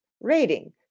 rating